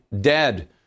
dead